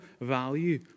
value